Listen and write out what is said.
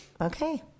Okay